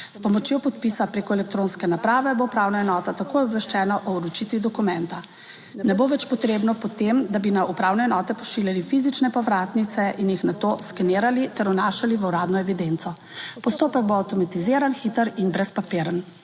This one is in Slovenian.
S pomočjo podpisa preko elektronske naprave **7. TRAK (VI) 9.45** (nadaljevanje) bo upravna enota takoj obveščena o vročitvi dokumenta. Ne bo več potrebno po tem, da bi na upravne enote pošiljali fizične povratnice in jih nato skenirali ter vnašali v uradno evidenco. Postopek bo avtomatiziran, hiter in brezpapiren.